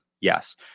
yes